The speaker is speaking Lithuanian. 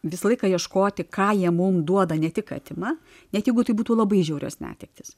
visą laiką ieškoti ką jie mums duoda ne tik atima net jeigu tai būtų labai žiaurios netektys